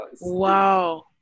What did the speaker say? Wow